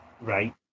right